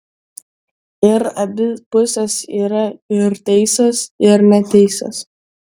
ir abi pusės yra ir teisios ir neteisios